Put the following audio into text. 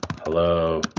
hello